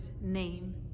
name